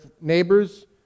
neighbors